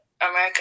America